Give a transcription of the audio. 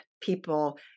people